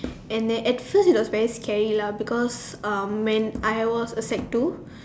and then at first it was very scary lah because um when I was a sec two